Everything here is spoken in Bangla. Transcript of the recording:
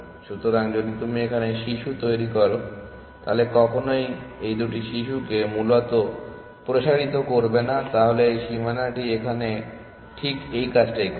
সুতরাং যদি তুমি এখানে একটি শিশু তৈরি করো তাহলে কখনই এই দুটি শিশুকে মূলত প্রসারিত করবে না তাহলে এই সীমানাটি এখানে ঠিক এই কাজটাই করছে